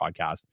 Podcast